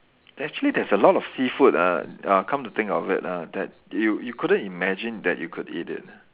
actually there's a lot of seafood ah uh come to think of it lah that you you couldn't imagine that you could eat it lah